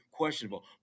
questionable